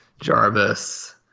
Jarvis